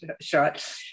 shot